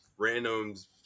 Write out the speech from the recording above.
randoms